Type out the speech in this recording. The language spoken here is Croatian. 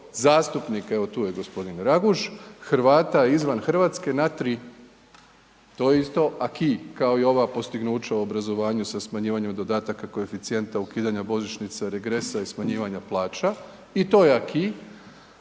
zastupnika, evo tu je g. Raguž Hrvata izvan Hrvatske na tri, to je isto aki kao i ova postignuća u obrazovanju sa smanjivanjem dodataka koeficijenta, ukidanja božićnice, regresa i smanjivanja plaća i to je aki.